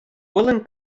woollen